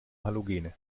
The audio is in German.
halogene